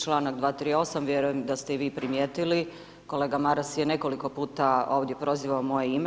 Čl. 238. vjerujem da ste i vi primijetili, kolega Maras je nekoliko puta ovdje prozivao moje ime.